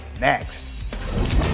Next